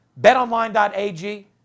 Betonline.ag